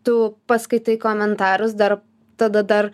tu paskaitai komentarus dar tada dar